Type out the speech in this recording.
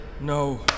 No